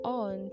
on